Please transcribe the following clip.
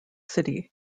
city